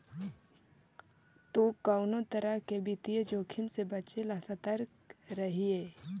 तु कउनो तरह के वित्तीय जोखिम से बचे ला सतर्क रहिये